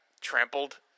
trampled